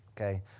okay